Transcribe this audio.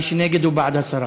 מי שנגד, הוא בעד הסרה.